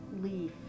leaf